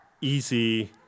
easy